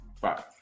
Five